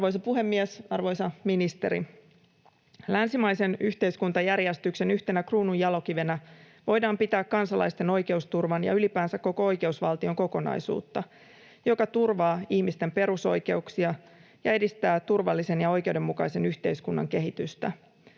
Arvoisa puhemies! Arvoisa ministeri! Länsimaisen yhteiskuntajärjestyksen yhtenä kruununjalokivenä voidaan pitää kansalaisten oikeusturvan ja ylipäänsä koko oikeusval-tion kokonaisuutta, joka turvaa ihmisten perusoikeuksia ja edistää turvallisen ja oikeudenmukaisen yhteiskunnan kehitystä.